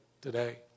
today